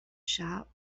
shop